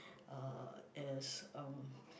uh is uh